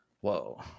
Whoa